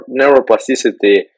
neuroplasticity